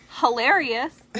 hilarious